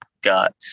got